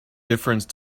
difference